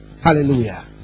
Hallelujah